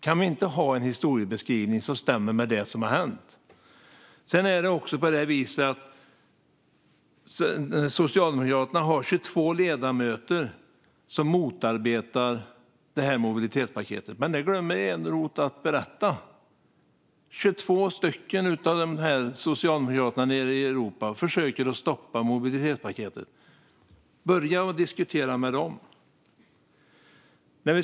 Kan vi inte ha en historiebeskrivning som stämmer med det som har hänt? Sedan är det på det viset att Socialdemokraterna har 22 ledamöter som motarbetar mobilitetspaketet, men det glömmer Eneroth att berätta. 22 socialdemokrater nere i Europa försöker stoppa mobilitetspaketet. Börja med att diskutera med dem!